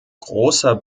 großer